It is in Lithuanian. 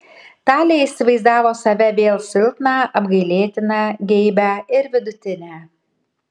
talė įsivaizdavo save vėl silpną apgailėtiną geibią ir vidutinę